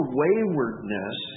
waywardness